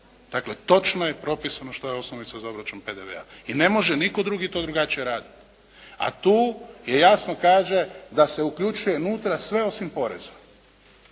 Dakle, točno je propisano što je osnovica za obračun PDV-a i ne može nitko drugi to drugačije raditi a tu je jasno kaže da se uključuje unutra sve osim poreza.